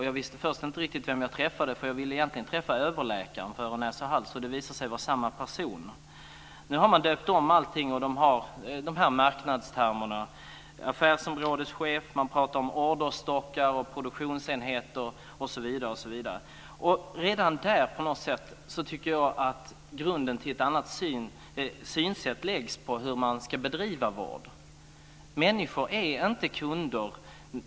Jag visste först inte riktigt vem jag träffade. Jag ville egentligen träffa överläkaren för öron-näsa-hals, och det visade sig vara samma person. Nu har man döpt om allting till marknadstermer. Man pratar om affärsområdeschefer, orderstockar, produktionsenheter osv. Redan där tycker jag att grunden till ett annat synsätt läggs. Det handlar om hur man ska bedriva vård. Människor är inte kunder.